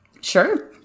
Sure